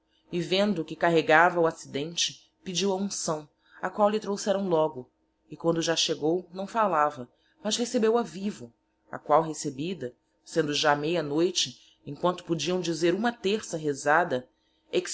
e vendo que carregava o accidente pedio a unçaõ a qual lhe trouxeraõ logo e quando já chegou naõ fallava mas recebeo a vivo a qual recebida sendo já meia noite em quanto podiaõ dizer huma terça rezada